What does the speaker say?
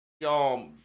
Y'all